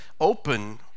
open